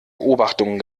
beobachtungen